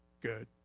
Good